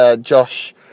Josh